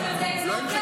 ואם הם לא אתיופים?